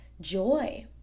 joy